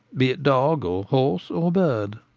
be it dog or horse or bird.